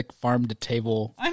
farm-to-table